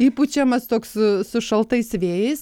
įpučiamas toks su šaltais vėjais